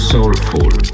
Soulful